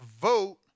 vote